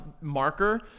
marker